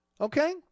Okay